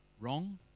wrong